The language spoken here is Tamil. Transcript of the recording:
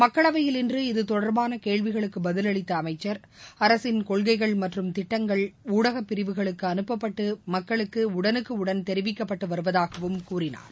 மக்களவையில் இன்று இதுதொடர்பான கேள்விகளுக்கு பதில் அளித்த அமைச்சர் அரசின் கொள்கைகள் மற்றும் திட்டங்கள் ஊடகப் பிரிவுகளுக்கு அனுப்பப்பட்டு மக்களுக்கு உஉனுக்குடன் தெரிவிக்கப்பட்டு வருவதாகவும் கூறினார்